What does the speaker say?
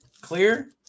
clear